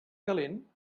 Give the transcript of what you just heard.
calent